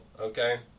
okay